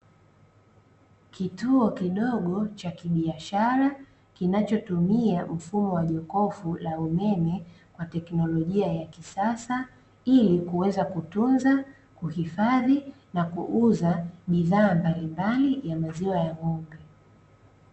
Kituo kidogo cha kibiashara kinacho tumia mfumo wa jokofu la umeme kwa tekinolojia ya kisasa ili kuweza kutunza, kuhifadhi na kuuza bidhaa mbali mbali za maziwa ya ng'ombe.